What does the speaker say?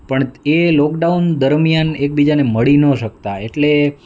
પણ એ લોકડાઉન દરમ્યાન એકબીજાને મળી ન શકતા એટલે